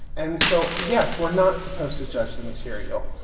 and so, yes, we're not supposed to judge the material.